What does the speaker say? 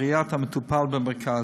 ראיית המטופל במרכז.